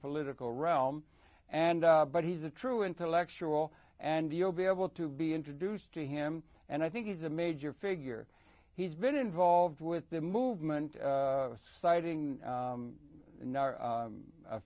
political realm and but he's a true intellectual and you'll be able to be introduced to him and i think he's a major figure he's been involved with the movement citing